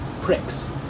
Pricks